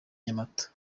nyamata